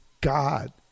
God